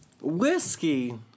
Whiskey